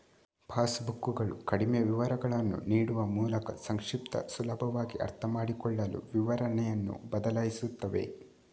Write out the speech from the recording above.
pass ಬುಕ್ಕುಗಳು ಕಡಿಮೆ ವಿವರಗಳನ್ನು ನೀಡುವ ಮೂಲಕ ಸಂಕ್ಷಿಪ್ತ, ಸುಲಭವಾಗಿ ಅರ್ಥಮಾಡಿಕೊಳ್ಳಲು ವಿವರಣೆಯನ್ನು ಬದಲಾಯಿಸುತ್ತವೆ